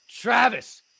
Travis